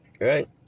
Right